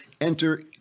Enter